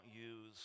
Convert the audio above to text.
use